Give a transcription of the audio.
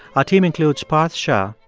our team includes parth shah,